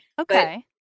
Okay